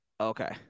Okay